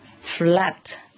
flat